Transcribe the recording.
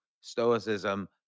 Stoicism